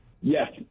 Yes